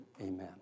Amen